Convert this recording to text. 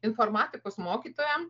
informatikos mokytojam